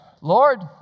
Lord